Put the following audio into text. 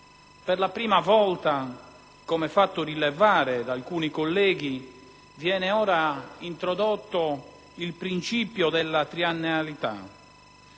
Per la prima volta, come fatto rilevare da alcuni colleghi, viene ora introdotto il principio della triennalità,